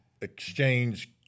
exchange